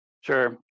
Sure